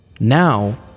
Now